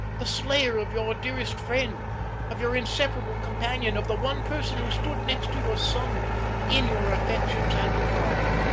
the slayer of your dearest friend of your inseparable companion of the one person who stood next to your son in your affections and regard!